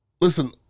Listen